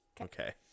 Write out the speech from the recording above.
okay